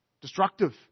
Destructive